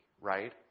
right